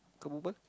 kau berbual